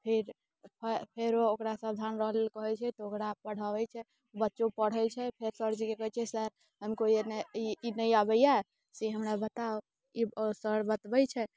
फिर फेरो ओकरा सावधान रहै लेल कहैत छै तऽ ओकरा पढ़ाबै छै बच्चो पढ़ैत छै फेर सरजीके कहैत छै सर हमको ये नहि ई नहि आबैया से हमरा बताओ ई सर बतबैत छथि